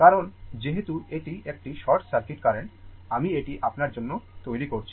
কারণ যেহেতু এটি একটি শর্ট সার্কিট কারেন্ট আমি এটি আপনার জন্য তৈরি করছি